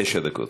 תשע דקות.